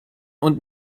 und